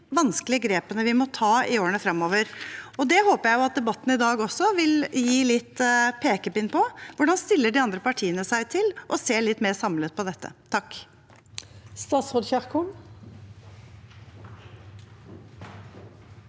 vanskelige grepene vi må ta i årene fremover? Det håper jeg at debatten i dag også vil gi en liten pekepinn om. Hvordan stiller de andre partiene seg til å se litt mer samlet på dette? Statsråd Ingvild